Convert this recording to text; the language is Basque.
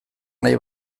nahi